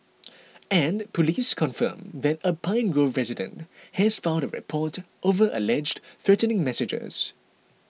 and police confirmed that a Pine Grove resident has filed a report over alleged threatening messages